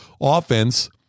offense